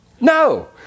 No